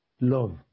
Love